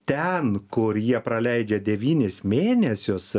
ten kur jie praleidžia devynis mėnesius